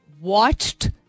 watched